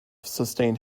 sustained